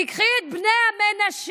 תיקחי את בני המנשה,